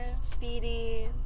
speedy